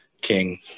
King